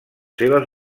seves